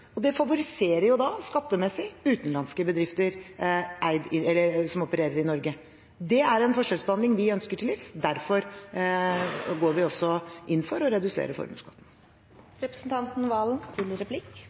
Norge. Det favoriserer utenlandske bedrifter som opererer i Norge, skattemessig. Det er en forskjellsbehandling vi ønsker til livs. Derfor går vi også inn for å redusere formuesskatten.